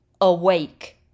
Awake